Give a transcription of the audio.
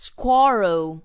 Squirrel